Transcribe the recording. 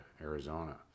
Arizona